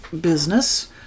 business